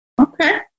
Okay